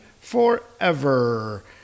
forever